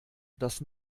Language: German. dass